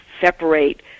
separate